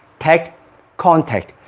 tech contact,